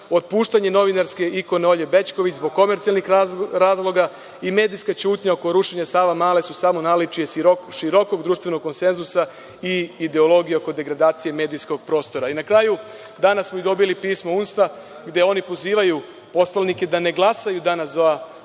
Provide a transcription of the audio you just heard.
otpuštanje novinarske ikone Olje Bećković zbog komercijalnih razloga i medijska ćutnja oko rušenja Savamale su samo naličje širokog društvenog konsenzusa i ideologije oko degradacije medijskog prostora. Na kraju, danas smo dobili pismo NUNS gde oni pozivaju poslanike da ne glasaju za ovaj